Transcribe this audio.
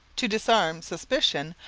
to disarm suspicion,